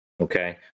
Okay